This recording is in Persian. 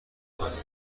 کنید